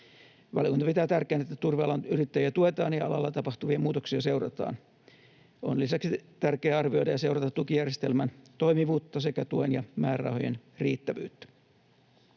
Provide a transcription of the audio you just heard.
Valiokunta pitää tärkeänä, että turvealan yrittäjiä tuetaan ja alalla tapahtuvia muutoksia seurataan. On lisäksi tärkeää arvioida ja seurata tukijärjestelmän toimivuutta sekä tuen ja määrärahojen riittävyyttä.